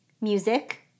music